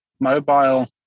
mobile